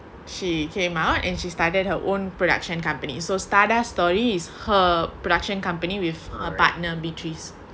she came out and she started her own production companiy so stardust stories is her production company with her partner beatrice